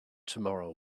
tomorrow